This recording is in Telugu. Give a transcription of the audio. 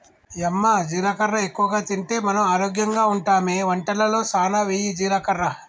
యమ్మ జీలకర్ర ఎక్కువగా తింటే మనం ఆరోగ్యంగా ఉంటామె వంటలలో సానా వెయ్యి జీలకర్ర